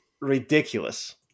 ridiculous